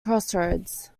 crossroads